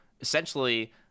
essentially